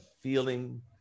feeling